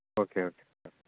okay okay sir